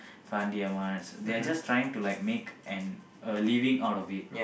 Fandi-Ahmad they are just trying to make like an a living out of it